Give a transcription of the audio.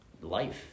life